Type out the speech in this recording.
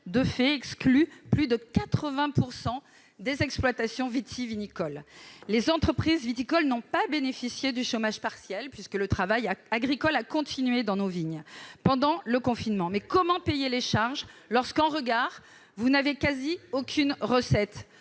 de fait plus de 80 % des exploitations vitivinicoles. Les entreprises viticoles n'ont pas bénéficié du chômage partiel, le travail agricole ayant continué dans nos vignes pendant le confinement. Mais comment payer les charges lorsque, en regard, vous n'avez quasiment aucune recette ?